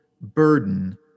burden